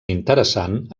interessant